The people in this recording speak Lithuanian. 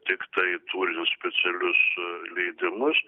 tiktai turint specialius leidimus